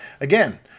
again